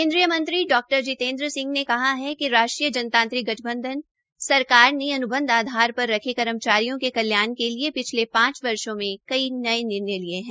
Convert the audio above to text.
केन्द्रीय मंत्री डा जितेन्द्र सिंह ने कहा है कि राष्ट्रीय जनतांत्रिक गठबंधन एनडीए सरकार अन्बंध आधार पर रखे कर्मचारियों के कल्याण के लिये पिछले पांच वर्षो मे कई निर्णय लिये है